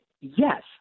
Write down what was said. Yes